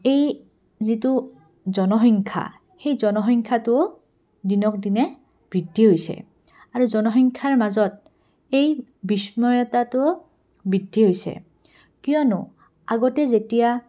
এই যিটো জনসংখ্যা সেই জনসংখ্যাটোও দিনক দিনে বৃদ্ধি হৈছে আৰু জনসংখ্যাৰ মাজত এই বিস্ময়তাটোও বৃদ্ধি হৈছে কিয়নো আগতে যেতিয়া